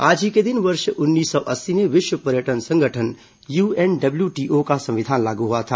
आज ही के दिन वर्ष उन्नीस सौ अस्सी में विश्व पर्यटन संगठन यू एन डब्ल्यूटीओ का संविधान लागू हुआ था